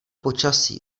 počasí